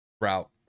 Route